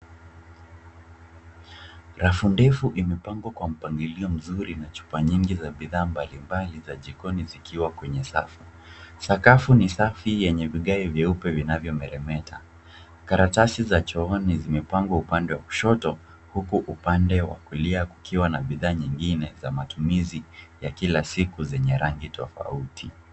Rafu ndefu imepangwa kwa mpangilio mzuri na chupa nyingi za bidhaa mbalimbali za jikoni zikiwa kwenye safu. Sakafu ni safi yenye vigae vyeupe vinavyomeremeta. Karatasi za chooni zimepangwa upande wa kushoto huku upande wa kulia kukiwa na bidhaa nyingine za matumizi ya kila siku zenye rangi tofauti.